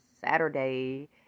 Saturday